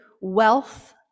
wealth